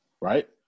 Right